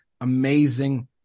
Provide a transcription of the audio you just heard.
amazing